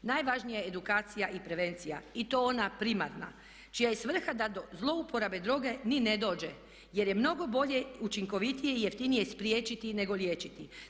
Najvažnija je edukacija i prevencija i to ona primarna čija je svrha da do zlouporabe droge ni ne dođe, jer je mnogo bolje, učinkovitije i jeftinije spriječiti nego liječiti.